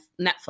Netflix